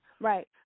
Right